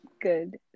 good